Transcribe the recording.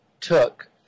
took